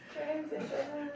Transition